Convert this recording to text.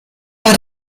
war